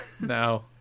No